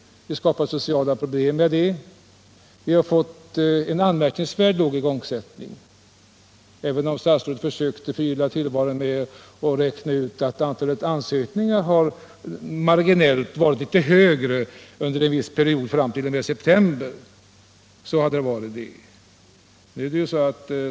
Därmed skapas också sociala problem. Vi har fått en anmärkningvärt låg igångsättning, även om statsrådet försökte förgylla tillvaron med att räkna ut att antalet ansökningar marginellt har varit litet högre under en viss period, nämligen t.o.m. september.